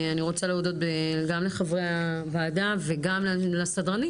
אני רוצה להודות גם לחברי הוועדה וגם לסדרנים